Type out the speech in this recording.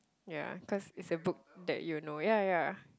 yeah cause it's a book that you know yeah yeah yeah